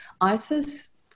Isis